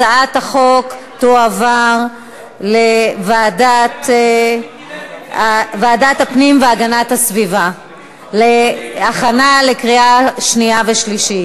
הצעת החוק תועבר לוועדת הפנים והגנת הסביבה להכנה לקריאה שנייה ושלישית.